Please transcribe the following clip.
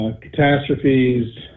catastrophes